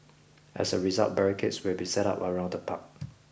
as a result barricades will be set up around the park